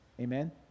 amen